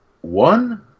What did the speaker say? one